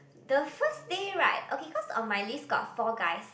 the first day right okay cause on my list got four guys